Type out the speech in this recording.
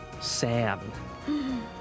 Sam